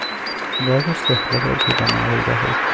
गाजर से हलवा भी बनावल जाहई